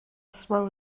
throw